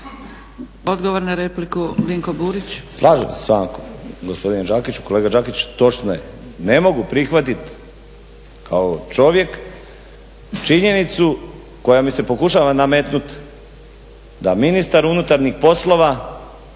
Odgovor na repliku Dinko Burić.